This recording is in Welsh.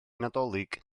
nadolig